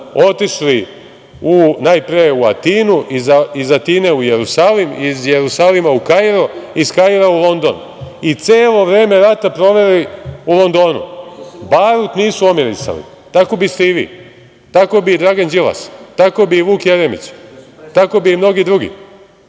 otišli najpre u Atinu, iz Atine u Jerusalim, iz Jerusalima u Kairo, iz Kaira u London i celo vreme rata proveli u Londonu. Barut nisu omirisali. Tako biste i vi, tako bi i Dragan Đilas, tako bi i Vuk Jeremić, tako bi i mnogi drugi